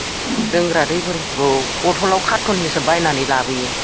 लोंग्रा दैफोरखौ बथलाव खारथन हिसाब बायनानै लाबोयो